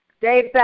Dave